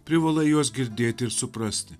privalai juos girdėti ir suprasti